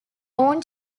own